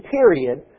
period